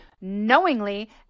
knowingly